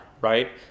right